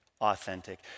Authentic